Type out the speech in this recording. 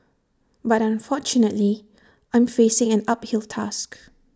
but unfortunately I'm facing an uphill task